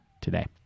today